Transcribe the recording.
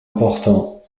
important